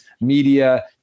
media